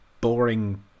boring